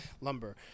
lumber